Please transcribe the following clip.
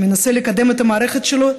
שמנסה לקדם את המערכת שלו,